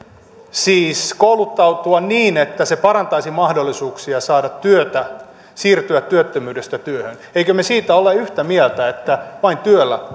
siis kouluttautua niin että se parantaisi mahdollisuuksia saada työtä siirtyä työttömyydestä työhön emmekö me siitä ole yhtä mieltä että vain työllä